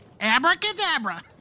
Abracadabra